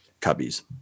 cubbies